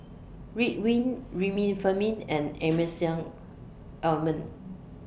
Ridwind Remifemin and Emulsying Ointment